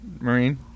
Marine